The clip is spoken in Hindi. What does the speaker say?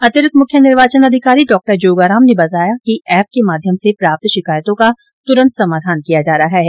अतिरिक्त मुख्य निर्वाचन अधिकारी डॉ जोगाराम ने बताया कि एप के माध्यम से प्राप्त शिकायतों का तुरंत समाधान किया जा रहा है